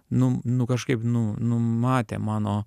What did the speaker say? nu nu kažkaip nu numatė mano